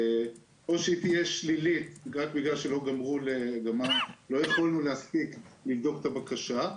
או שהיא תהיה שלילית רק בגלל שלא יכולנו להספיק לבדוק את הבקשה.